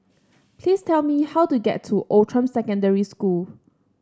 please tell me how to get to Outram Secondary School